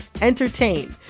entertain